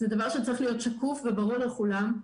זה דבר שצריך להיות שקוף וברור לכולם.